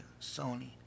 Sony